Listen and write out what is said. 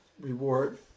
reward